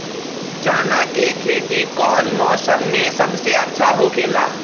चाना के खेती कौन मौसम में सबसे अच्छा होखेला?